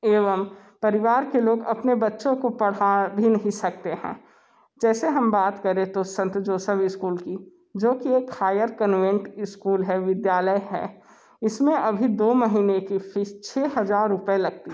एवं परिवार के लोग अपने बच्चों को पढ़ा भी नहीं सकते हैं जैसे हम बात करे तो संत जोसफ स्कूल की जो कि एक हायर कन्वेंट स्कूल है विद्यालय है इसमें अभी दो महीने की फ़ीस छः हज़ार रुपये लगती है